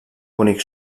bonic